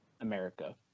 america